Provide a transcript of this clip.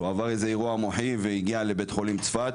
עבר איזה אירוע מוחי והגיע לבית חולים צפת,